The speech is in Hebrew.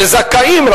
לזכאים,